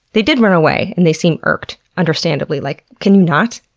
they did run away and they seemed irked, understandably. like, can you not?